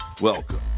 welcome